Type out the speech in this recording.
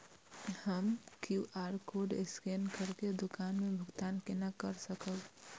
हम QR code scan करके दुकान में भुगतान केना कर सकब?